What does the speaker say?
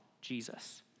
Jesus